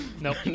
Nope